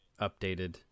updated